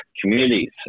communities